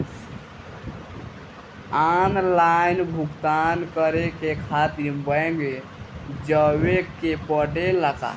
Online भुगतान करे के खातिर बैंक मे जवे के पड़ेला का?